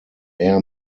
air